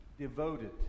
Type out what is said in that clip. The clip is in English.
Devoted